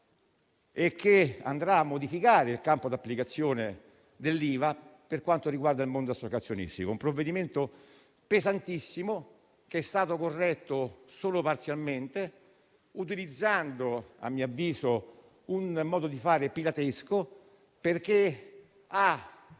che andrà a modificare il campo di applicazione dell'IVA per quanto riguarda il mondo associazionistico. Un provvedimento pesantissimo, che è stato corretto solo parzialmente, utilizzando a mio avviso un modo di fare piratesco. La